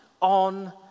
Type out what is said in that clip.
on